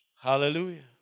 Hallelujah